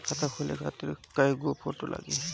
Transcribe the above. खाता खोले खातिर कय गो फोटो लागी?